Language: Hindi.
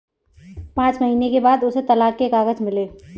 पांच महीने के बाद उसे तलाक के कागज मिले